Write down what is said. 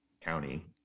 County